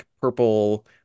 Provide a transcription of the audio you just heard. purple